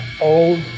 old